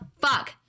fuck